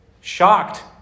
shocked